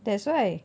that's why